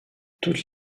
toutes